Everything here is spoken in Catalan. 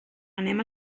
anem